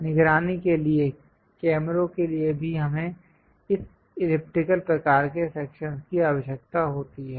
निगरानी के लिए कैमरों के लिए भी हमें इस इलिप्टिकल प्रकार के सेक्शंस की आवश्यकता होती है